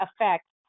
affects